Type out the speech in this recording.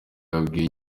yabwiye